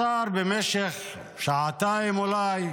השר, במשך שעתיים אולי,